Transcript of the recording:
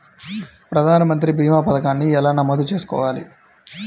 ప్రధాన మంత్రి భీమా పతకాన్ని ఎలా నమోదు చేసుకోవాలి?